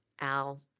Al